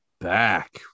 back